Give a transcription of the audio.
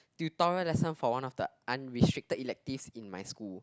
tutorial lesson for one of the unrestricted electives in my school